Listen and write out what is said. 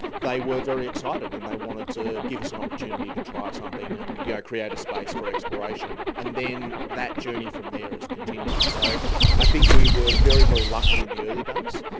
they were very excited and they wanted to give us an opportunity to try something and yeah create a space for exploration. and then that journey from there has continued. so i think we were very, very lucky in the early days,